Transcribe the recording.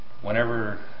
whenever